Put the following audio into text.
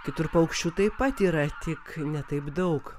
kitur paukščių taip pat yra tik ne taip daug